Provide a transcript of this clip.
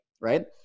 right